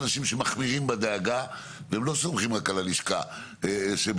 שמחמירים בדאגה והם לא סומכים רק על הלשכה שבדיוק